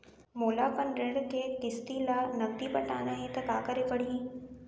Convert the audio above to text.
मोला अपन ऋण के किसती ला नगदी पटाना हे ता का करे पड़ही?